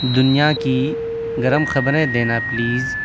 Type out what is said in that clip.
دنیا کی گرم خبریں دینا پلیز